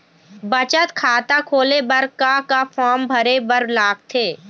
बचत खाता खोले बर का का फॉर्म भरे बार लगथे?